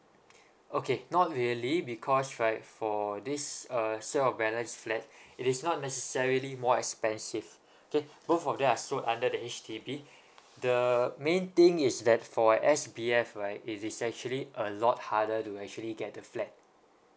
okay not really because right for this uh sale of balance flat it is not necessarily more expensive okay both of them are sold under the H_D_B the main thing is that for as S_B_F right it is actually a lot harder to actually get the flat